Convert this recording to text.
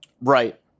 Right